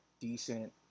decent